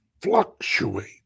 fluctuate